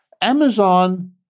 Amazon